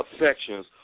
sections